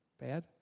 bad